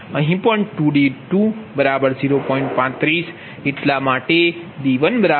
એનો અર્થ એ થાય કેb141અને d10